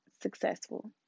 successful